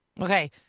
Okay